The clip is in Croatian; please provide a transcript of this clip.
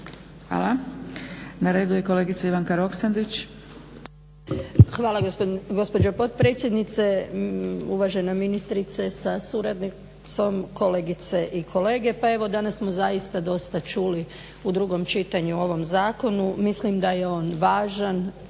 Hvala. Na redu je kolegica Ivanka Roksandić. **Roksandić, Ivanka (HDZ)** Hvala gospođo potpredsjednice, uvažena ministrice sa suradnicom, kolegice i kolege. Pa evo danas smo zaista dosta čuli u drugom čitanju u ovom zakonu. Mislim da je on važan